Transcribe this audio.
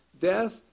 Death